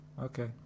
Okay